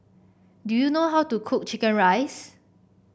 do you know how to cook chicken rice